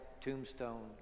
tombstone